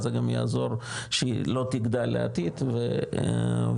זה גם יעזור שהיא לא תגדל בעתיד וכו',